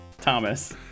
Thomas